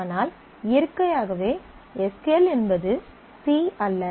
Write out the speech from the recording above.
ஆனால் இயற்கையாகவே S Q L என்பது C அல்ல